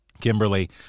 Kimberly